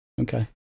okay